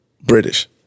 British